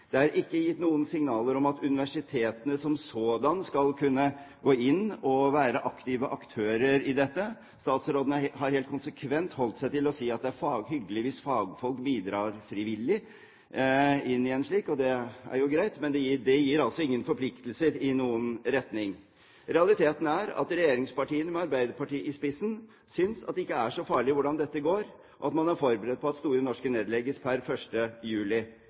Det er ikke gitt noen signaler om at universitetene som sådanne skal kunne gå inn og være aktive aktører i dette. Statsråden har helt konsekvent holdt seg til å si at det er hyggelig hvis fagfolk bidrar frivillig inn i dette. Det er jo greit, men det gir altså ingen forpliktelser i noen retning. Realiteten er at regjeringspartiene, med Arbeiderpartiet i spissen, ikke synes det er så farlig hvordan dette går, og at man er forberedt på at Store norske leksikon nedlegges per 1. juli.